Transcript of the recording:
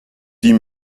die